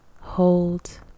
hold